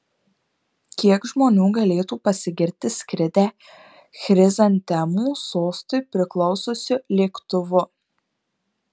kiek žmonių galėtų pasigirti skridę chrizantemų sostui priklausiusiu lėktuvu